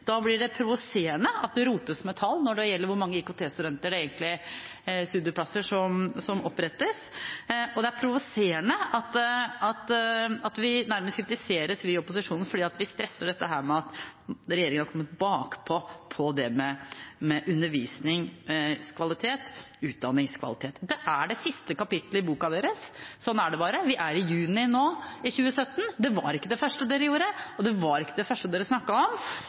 Da blir det provoserende at det rotes med tall når det gjelder hvor mange IKT-studieplasser som opprettes. Det er provoserende at vi i opposisjonen nærmest kritiseres fordi vi legger vekt på at regjeringen har kommet bakpå når det gjelder undervisningskvalitet og utdanningskvalitet. Det er det siste kapittelet i boka deres. Sånn er det bare. Vi er nå i juni i 2017. Dette var ikke det første de gjorde, og det var ikke det første de snakket om.